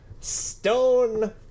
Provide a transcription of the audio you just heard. Stone